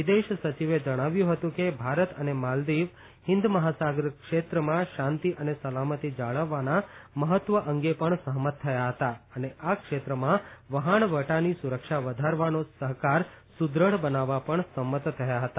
વિદેશ સચિવે જણાવ્યું હતું કે ભારત અને માલદિવ હિન્દ મહાસાગર ક્ષેત્રમાં શાંતિ અને સલામતિ જાળવવાના મહત્વ અંગે પણ સહમત થયા હતા અને આ ક્ષેત્રમાં વહાણવટાની સુરક્ષા વધારવાનો સહકાર સુદૃઢ બનાવવા પણ સંમત થયા હતા